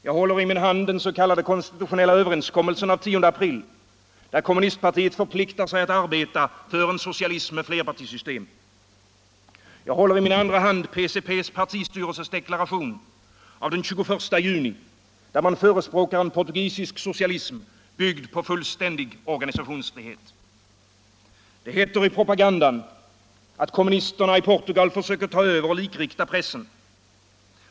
Jag håller i min hand den s.k. konstitutionella överenskommelsen av den 10 april, där kommunistpartiet förpliktar sig att arbeta för en socialism med flerpartisystem. Jag håller i min andra hand PCP:s partistyrelses deklaration av den 21 juni, där man förespråkar en portugisisk socialism, byggd på fullständig organisationsfrihet. Det heter i propagandan att kommunisterna i Portugal försöker ta över och likrikta pressen.